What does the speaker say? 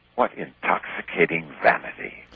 what intoxicating vanity!